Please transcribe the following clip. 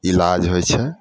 इलाज होइ छै